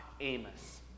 Amos